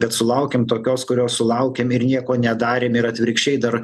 bet sulaukėm tokios kurios sulaukėm ir nieko nedarėm ir atvirkščiai dar